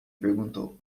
perguntou